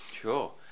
Sure